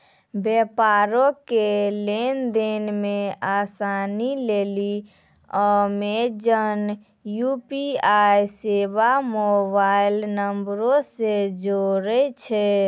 व्यापारो के लेन देन मे असानी लेली अमेजन यू.पी.आई सेबा मोबाइल नंबरो से जोड़ै छै